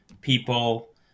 people